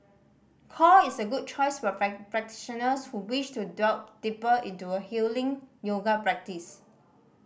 core is a good choice for practitioners who wish to delve deeper into a healing yoga practice